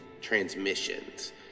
transmissions